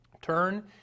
Turn